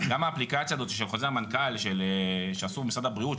גם האפליקציה הזאת של חוזר המנכ"ל שעשו משרד הבריאות,